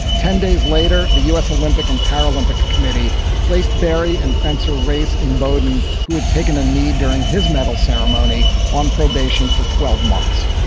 ten days later, the u s. olympic and paralympic committee placed berry and fencer race inboden, who had taken a knee during his medal ceremony on probation for twelve months.